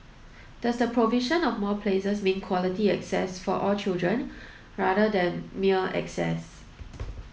does the provision of more places mean quality access for all children rather than mere access